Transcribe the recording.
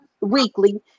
weekly